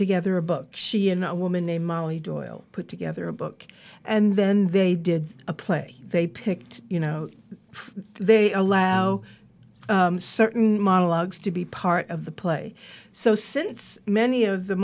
together a book she in a woman named molly doyle put together a book and then they did a play they picked you know they allow certain monologues to be part of the play so since many of the